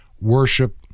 worship